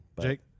Jake